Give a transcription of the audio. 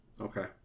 Okay